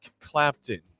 Clapton